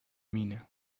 miene